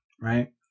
Right